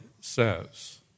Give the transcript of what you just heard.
says